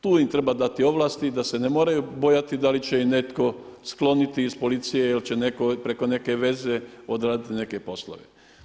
Tu im treba dati ovlasti da se ne moraju bojati da li će ih netko skloniti iz policije, jel' će netko preko neke veze odraditi neke poslove.